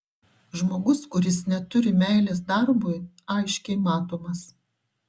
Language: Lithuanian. žmogus kuris neturi meilės darbui aiškiai matomas